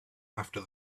after